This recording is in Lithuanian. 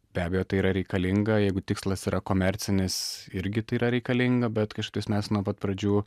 be abejo tai yra reikalinga jeigu tikslas yra komercinis irgi tai yra reikalinga bet kažkaip tais mes nuo pat pradžių